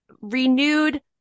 renewed